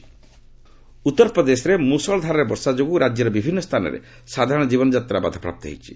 UP flood ଉତ୍ତରପ୍ରଦେଶରେ ମୁଷଳଧାରାରେ ବର୍ଷା ଯୋଗୁଁ ରାଜ୍ୟର ବିଭିନ୍ନ ସ୍ଥାନରେ ସାଧାରଣ କ୍ରୀବନଯାତ୍ରା ବାଧାପ୍ରାପ୍ତ ହୋଇଛି